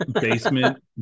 basement